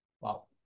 wow